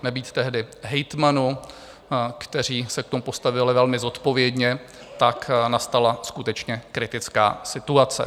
Nebýt tehdy hejtmanů, kteří se k tomu postavili velmi zodpovědně, tak nastala skutečně kritická situace.